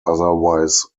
otherwise